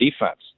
defense